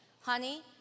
Honey